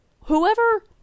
Whoever